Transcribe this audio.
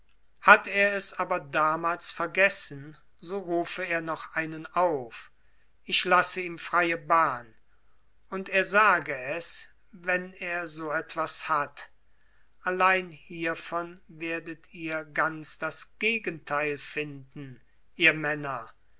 hat er es aber damals vergessen so rufe er noch einen auf ich lasse ihm freie bahn und er sage es wenn er so etwas hat allein hiervon werdet ihr ganz das gegenteil finden ihr männer